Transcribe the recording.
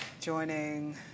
joining